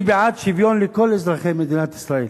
אני בעד שוויון לכל אזרחי מדינת ישראל,